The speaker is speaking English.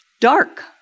dark